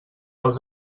els